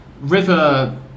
River